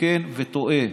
מתקן וטועה,